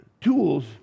tools